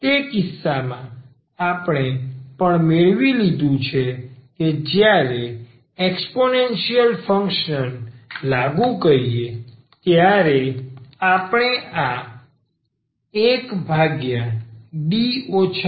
તે કિસ્સામાં આપણે પણ મેળવી લીધું છે કે જ્યારે એક્સપોનેનશીયલ ફંક્શન લાગુ કરીએ ત્યારે આપણે આ 1D arછે